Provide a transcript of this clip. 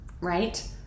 right